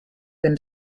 been